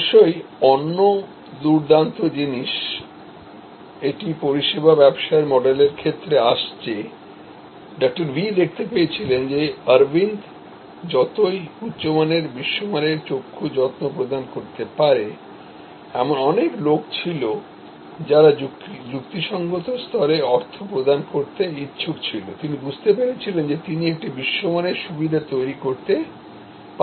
অবশ্যই অন্য দুর্দান্ত জিনিস এটি পরিষেবা ব্যবসায়ের মডেলের ক্ষেত্রে আসছে ডাঃ ভি দেখতে পেয়েছিলেন যে অরবিন্দ যদি উচ্চমানের বিশ্বমানের চক্ষু যত্ন প্রদান করতে পারে এমন অনেক লোক ছিল যারা যুক্তিসঙ্গত স্তরে অর্থ প্রদান করতে ইচ্ছুক ছিল তিনি বুঝতে পেরেছিলেন যে তিনি একটি বিশ্বমানের সুবিধা তৈরি করতে পারবেন